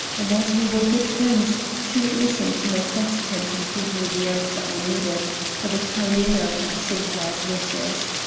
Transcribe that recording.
and as we were good friends, she would listen to my questions and give me the answer i needed for the carrying out of sinclair's wishes.